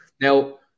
Now